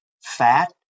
Fat